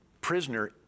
prisoner